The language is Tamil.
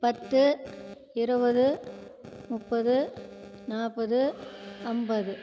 பத்து இருபது முப்பது நாற்பது ஐம்பது